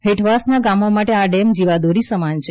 હેઠવાસના ગામો માટે આ ડેમ જીવાદોરી સમાન છે